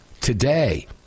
today